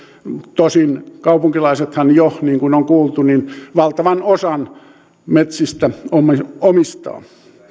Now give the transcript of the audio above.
tosin kaupunkilaisethan jo niin kuin on kuultu valtavan osan metsistä omistavat